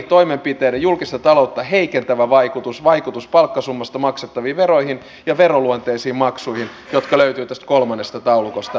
toimenpiteiden julkista taloutta heikentävä vaikutus vaikutus palkkasummasta maksettaviin veroihin ja veroluonteisiin maksuihin ja ne löytyvät tästä kolmannesta taulukosta